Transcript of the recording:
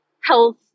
Health